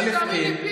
תאמין לי,